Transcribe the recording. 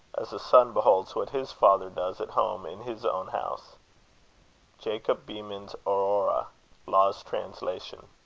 as a son beholds what his father does at home in his own house jacob behmen's aurora law's translation.